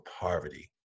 poverty